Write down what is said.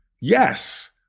Yes